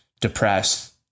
depressed